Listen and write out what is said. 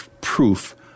proof